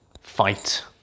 ...fight